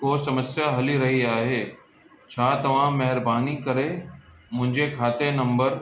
को समस्या हली रही आहे छा तव्हां महिरबानी करे मुंहिंजे खाते नम्बर